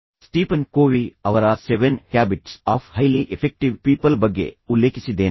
ಒಂದುಃ ನಾನು Stephen Covey ಅವರ seven habits of highly effective people ಬಗ್ಗೆ ಉಲ್ಲೇಖಿಸಿದ್ದೇನೆ